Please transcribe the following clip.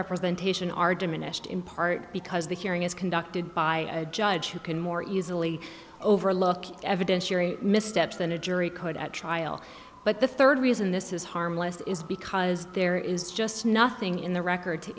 representation are diminished in part because the hearing is conducted by a judge who can more easily overlook evidentiary missteps than a jury could at trial but the third reason this is harmless is because there is just nothing in the record to